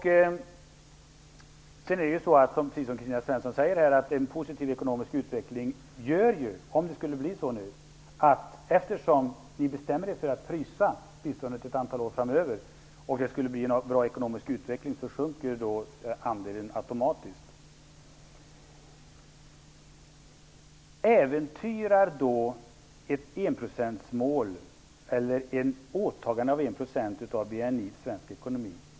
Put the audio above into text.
Precis som Kristina Svensson säger gör en positiv ekonomisk utveckling - om det blir så - att eftersom vi bestämmer oss för att frysa biståndet ett antal år framöver, och det skulle bli en bra ekonomisk utveckling, sjunker andelen automatiskt. Äventyrar ett åtagande om 1 % svensk ekonomi?